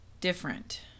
different